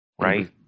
Right